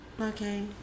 Okay